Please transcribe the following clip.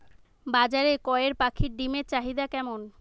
বাজারে কয়ের পাখীর ডিমের চাহিদা কেমন?